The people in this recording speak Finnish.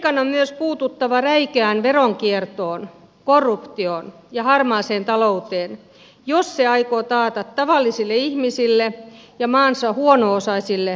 kreikan on myös puututtava räikeään veronkiertoon korruptioon ja harmaaseen talouteen jos se aikoo taata tavallisille ihmisille ja maansa huono osaisille paremmat olot